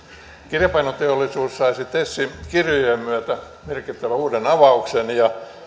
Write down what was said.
kirjapainoteollisuus saisi tesin kirjojen myötä merkittävän uuden avauksen ja